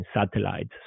satellites